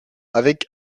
avec